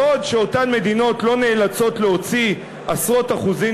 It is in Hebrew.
בעוד אותן מדינות לא נאלצות להוציא עשרות אחוזים